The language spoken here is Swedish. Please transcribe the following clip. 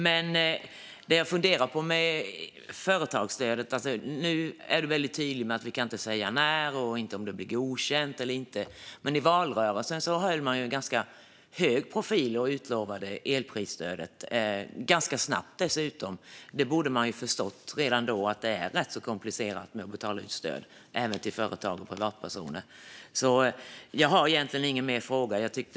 När det gäller företagsstödet var ledamoten tydlig med man inte kan säga när eller om det blir godkänt, men i valrörelsen höll man en hög profil och utlovade elprisstöd, ganska snabbt dessutom. Man borde ha förstått redan då att det är komplicerat att betala ut stöd till företag och privatpersoner. Jag har egentligen inga fler frågor.